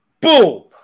Boom